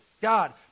God